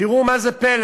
תראו מה הפלא